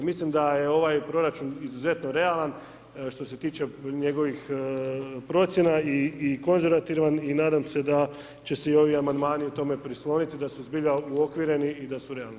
Mislim da je ovaj proračun izuzetno realan što se tiče njegovih procjena i konzervativan i nadam se da će se i ovi Amandmani tome prisloniti, da su zbilja uokvireni i da su realni.